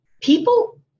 people